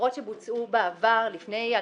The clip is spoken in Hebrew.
עבירות שבוצעו בעבר, לפני 2016,